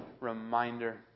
reminder